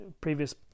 previous